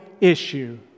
issue